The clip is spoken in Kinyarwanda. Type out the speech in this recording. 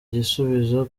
igisubizo